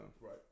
Right